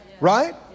Right